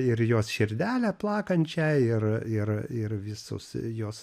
ir jos širdelę plakančią ir ir ir visus jos